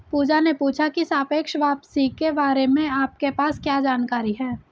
पूजा ने पूछा की सापेक्ष वापसी के बारे में आपके पास क्या जानकारी है?